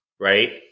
right